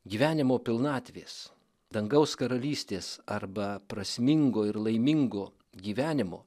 gyvenimo pilnatvės dangaus karalystės arba prasmingo ir laimingo gyvenimo